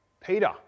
Peter